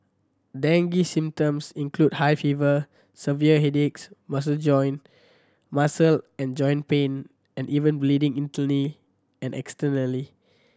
dengue symptoms include high fever severe headaches muscle joint muscle and joint pain and even bleeding internally and externally